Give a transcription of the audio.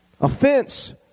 Offense